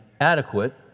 adequate